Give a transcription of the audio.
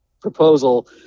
proposal